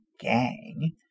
gang